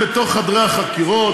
אתם בתוך חדרי החקירות,